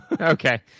Okay